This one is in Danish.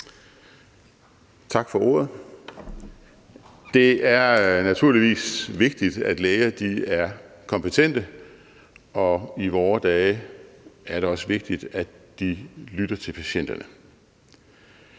Tak for ordet. Det er naturligvis vigtigt, at læger er kompetente, og i vore dage er det også vigtigt, at de lytter til patienterne.